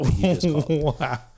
Wow